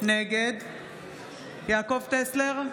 נגד יעקב טסלר,